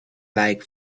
like